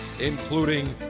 including